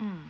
mm